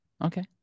Okay